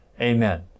Amen